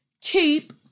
keep